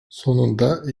sonunda